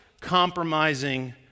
compromising